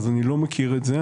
אז אני לא מכיר את זה,